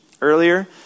earlier